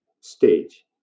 stage